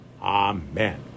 Amen